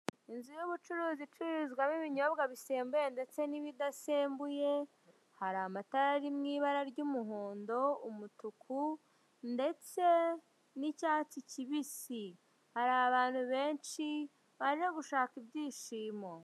Inzu y'ubucuruzi icuruzwamwo ibinyobwa bisembuye ndetse n'ibidasembuye, hari amatara ari mu ibara ry'umuhondo, umutuku ndetse n'icyatsi kibisi, hari abantu benshi baje gushaka ibyishimo.